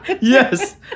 Yes